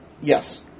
Yes